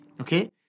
Okay